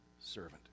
servant